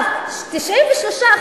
93%,